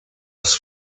was